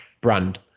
brand